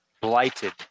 blighted